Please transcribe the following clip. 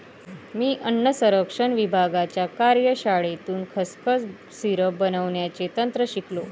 मी अन्न संरक्षण विभागाच्या कार्यशाळेतून खसखस सिरप बनवण्याचे तंत्र शिकलो